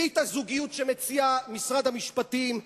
ברית הזוגיות שמשרד המשפטים מציע,